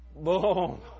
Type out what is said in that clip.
Boom